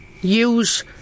use